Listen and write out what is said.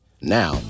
Now